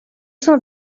cent